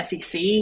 SEC